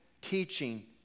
teaching